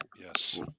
yes